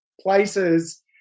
places